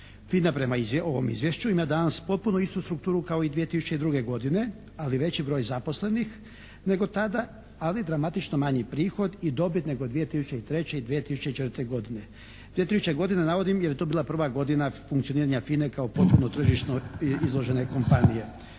FINA prema ovom Izvješću ima danas potpuno istu strukturu kao i 2002. godine, ali veći broj zaposlenih nego tada, ali dramatično manji prihod i dobit nego 2003. i 2004. godine. …/Govornik se ne razumije./… navodim jer je to bila prva godina funkcioniranja FINA-e kao potpuno tržišno izložene kompanije.